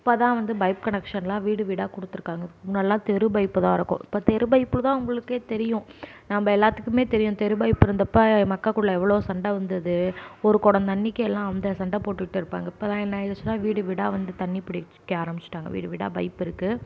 இப்போதான் வந்து பைப் கனெக்ஷனெலாம் வீடு வீடாக கொடுத்துருக்காங்க முன்னாடியெலாம் தெரு பைப்பு தான் இருக்கும் இப்போ தெரு பைப்பில்தான் உங்களுக்கே தெரியும் நம்ம எல்லாத்துக்குமே தெரியும் தெரு பைப் இருந்தப்போ மக்கள் குள்ளே எவ்வளோ சண்டை வந்தது ஒரு குடம் தண்ணிக்கு எல்லாம் அந்த சண்டை போட்டுகிட்டு இருப்பாங்க இப்போதான் என்ன ஆகிடிச்சினா வீடு வீடாக வந்து தண்ணி பிடிக்க ஆரம்பிச்சுட்டாங்க வீடு வீடாக பைப் இருக்குது